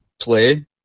play